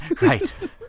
right